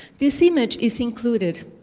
this image is included